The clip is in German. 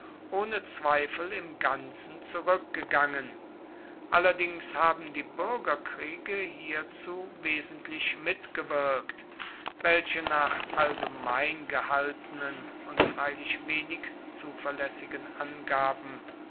ohne zweifel im ganzen zurückgegangen allerdings haben die bürgerkriege hierzu wesentlich mitgewirkt welche nach allgemeingehaltenen und freilich wenig zuverlässigen angaben